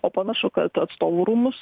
o panašu kad atstovų rūmus